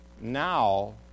now